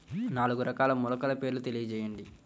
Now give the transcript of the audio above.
నాలుగు రకాల మొలకల పేర్లు తెలియజేయండి?